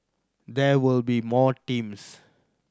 there will be more teams